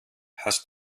hast